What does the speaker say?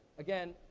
again,